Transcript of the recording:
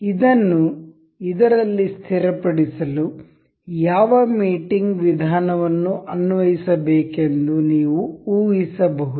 ಇದನ್ನು ಇದರಲ್ಲಿ ಸ್ಥಿರಪಡಿಸಲು ಯಾವ ಮೇಟಿಂಗ್ ವಿಧಾನವನ್ನು ಅನ್ವಯಿಸಬೇಕೆಂದು ನೀವು ಊಹಿಸಬಹುದು